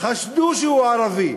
חשדו שהוא ערבי